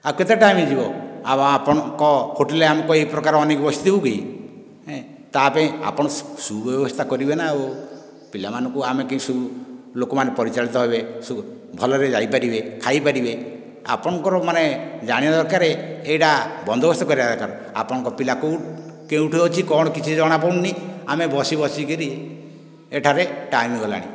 ଆଉ କେତେ ଟାଇମ ଯିବ ଆଉ ଆପଣଙ୍କ ହୋଟେଲ ଆମ ପାଇଁ ଏହି ପ୍ରକାର ଅନେଇକି ବସିଥିବୁ କି ଏଁ ତା ପାଇଁ ଆପଣ ସୁବ୍ୟବସ୍ଥା କରିବେ ନା ଆଉ ପିଲାମାନଙ୍କୁ ଆମେ ଲୋକମାନେ ପରିଚାଳିତ ହେବେ ସୁ ଭଲରେ ଯାଇପାରିବେ ଖାଇପାରିବେ ଆପଣଙ୍କର ମାନେ ଜାଣିବା ଦରକାର ଏଇଟା ବନ୍ଦୋବସ୍ତ କରିବା ଦରକାର ଆପଣଙ୍କ ପିଲା କୁ କେଉଁଠି ଅଛି କ'ଣ କିଛି ଜଣାପଡ଼ୁନି ଆମେ ବସି ବସି କିରି ଏଠାରେ ଟାଇମ ଗଲାଣି